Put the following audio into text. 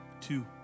two